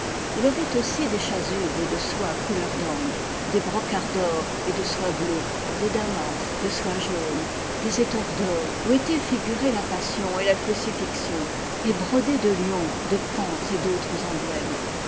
il avait aussi des chasubles de soie couleur d'ambre des brocarts d'or et de soie bleue des damas de soie jaune des étoffes d'or où étaient figurées la passion et la crucifixion et brodés de lions de paons et d'autres emblèmes